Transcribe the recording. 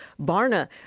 Barna